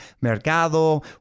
mercado